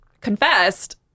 confessed